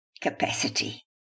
capacity